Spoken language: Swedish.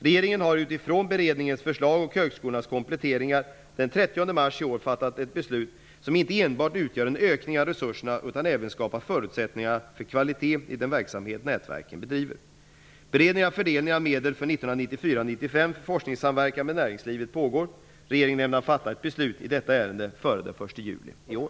Regeringen fattade utifrån beredningens förslag och högskolornas kompletteringar den 30 mars i år ett beslut som inte enbart utgör en ökning av resurserna utan även skapar förutsättningar för kvalitet i den verksamhet som nätverken bedriver. Beredningen av fördelning av medel för 1994/95 för forskningssamverkan med näringslivet pågår. Regeringen ämnar fatta ett beslut i detta ärende före den 1 juli i år.